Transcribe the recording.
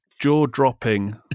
jaw-dropping